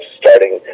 starting